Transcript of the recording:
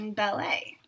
ballet